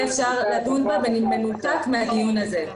אפשר יהיה לדון בה במנותק מהדיון הזה.